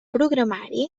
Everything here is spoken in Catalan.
programari